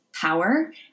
power